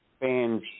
fans